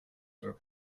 were